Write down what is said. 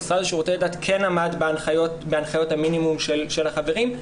המשרד לשירותי דת כן עמד בהנחיות המינימום של החברים.